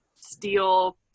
steel